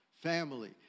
family